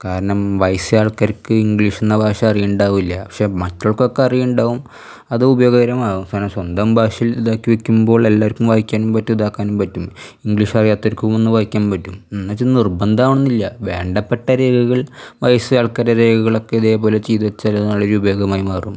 കാരണം വയസ്സായ ആൾക്കാർക്ക് ഇംഗ്ലീഷെന്ന ഭാഷ അറിയിണ്ടാവില്ല പക്ഷേ മറ്റാളുകൾക്കൊക്കെ അറിയുണ്ടാവും അത് ഉപയോഗകരമാവും അവസാനം സ്വന്തം ഭാഷയിൽ ഇതാക്കി വെക്കുമ്പോൾ എല്ലാവർക്കും വായിക്കാനും പറ്റും ഇതാക്കാനും പറ്റും ഇംഗ്ലീഷറിയാത്തോർക്കും ഒന്ന് വായിക്കാൻ പറ്റും എന്നച്ചാൽ നിർബന്ധാവണന്നില്യ വേണ്ടപ്പെട്ട രേഖകൾ വയസ്സായ ആൾക്കാരെ രേഖകളൊക്കെ ഇതേപോലെ ചെയ്തുവെച്ചാൽ ഒരു നാളിലുപയോഗമായി മാറും